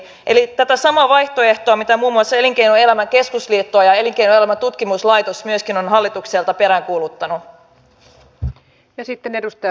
eli nämä samat vaihtoehdot mitä muun muassa elinkeinoelämän keskusliitto ja elinkeinoelämän tutkimuslaitos myöskin ovat hallitukselta peräänkuuluttaneet